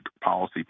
policy